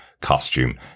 costume